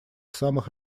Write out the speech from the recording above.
самых